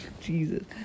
Jesus